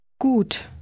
Gut